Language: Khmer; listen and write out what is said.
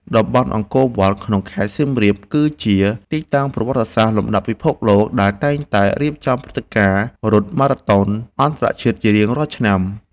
តំបន់អង្គរវត្តក្នុងខេត្តសៀមរាប គឺជាទីតាំងប្រវត្តិសាស្ត្រលំដាប់ពិភពលោក ដែលតែងតែរៀបចំព្រឹត្តិការណ៍រត់ម៉ារ៉ាតុងអន្តរជាតិជារៀងរាល់ឆ្នាំ។